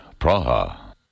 Praha